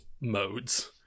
modes